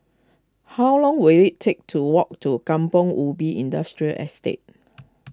how long will it take to walk to Kampong Ubi Industrial Estate